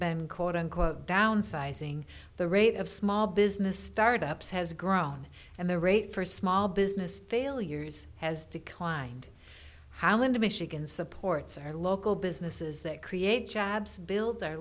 been quote unquote downsizing the rate of small business startups has grown and the rate for small business failures has declined howland michigan supports our local businesses that create jobs build our